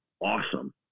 awesome